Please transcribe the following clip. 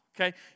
okay